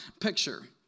picture